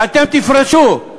ואתם תפרשו,